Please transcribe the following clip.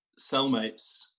cellmates